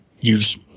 use